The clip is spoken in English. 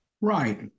Right